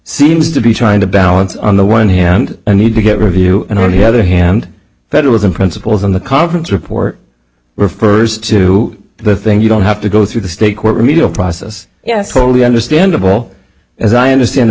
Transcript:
seems to be trying to balance on the one hand and need to get review in on the other hand federalism principles on the conference report refers to the thing you don't have to go through the state court remedial process yes totally understandable as i understand the